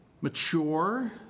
mature